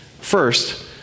first